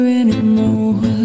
anymore